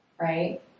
right